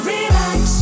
Relax